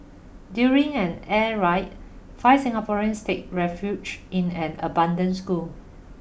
during an air ride five Singaporeans take refuge in an abundant school